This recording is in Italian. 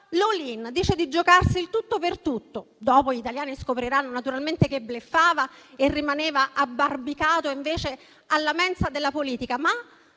l'*all in* e dicendo di giocarsi il tutto per tutto. Dopo gli italiani scopriranno che, naturalmente, bluffava e rimaneva abbarbicato alla mensa della politica, ma